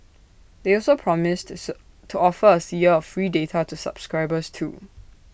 they also promised to sir to offer A year of free data to subscribers too